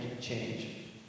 change